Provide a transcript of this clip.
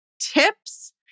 tips